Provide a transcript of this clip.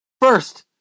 First